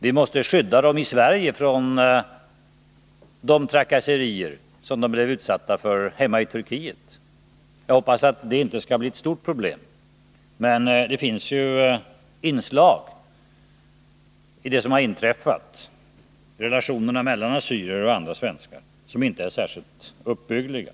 Vi måste skydda dem i Sverige från de trakasserier som de blev utsatta för hemma i Turkiet. Jag hoppas att detta inte skall bli ett stort problem, men det finns inslag i det som inträffat när det gäller relationerna mellan assyrier och svenskar som inte är särskilt uppbyggliga.